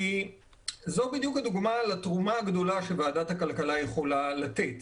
זו בדיוק הדוגמה לתרומה הגדולה שוועדת הכלכלה יכולה לתת.